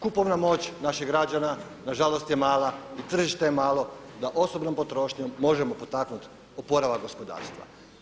Kupovna moć naših građana nažalost je mala i tržište je malo da osobnom potrošnjom možemo potaknuti oporavak gospodarstva.